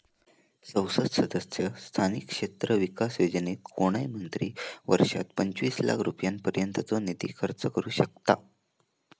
संसद सदस्य स्थानिक क्षेत्र विकास योजनेत कोणय मंत्री वर्षात पंचवीस लाख रुपयांपर्यंतचो निधी खर्च करू शकतां